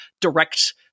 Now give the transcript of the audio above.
direct